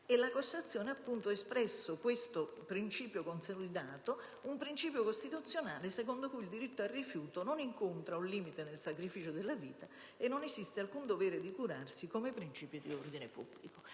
La Cassazione ha espresso questo principio consolidato quale principio costituzionale, secondo cui il diritto al rifiuto non incontra un limite nel sacrificio della vita e non esiste alcun dovere di curarsi quale principio di ordine pubblico.